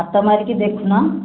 ହାତ ମାରିକି ଦେଖୁନ